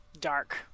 dark